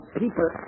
people